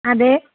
അതേ